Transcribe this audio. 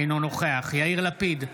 אינו נוכח יאיר לפיד,